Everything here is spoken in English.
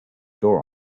door